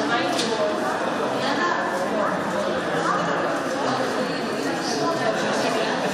הברית, ואפילו לא כמו סכר אסואן במצרים.